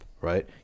right